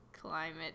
climate